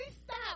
stop